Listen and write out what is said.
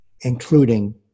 including